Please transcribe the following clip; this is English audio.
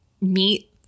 meet